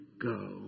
go